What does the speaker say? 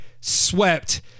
swept